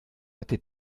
hatte